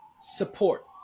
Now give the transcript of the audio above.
support